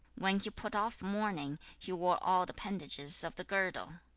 when he put off mourning, he wore all the appendages of the girdle.